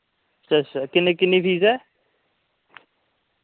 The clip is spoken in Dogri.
अच्छा किन्नी फीस ऐ